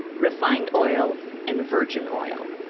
refined oil and virgin oil.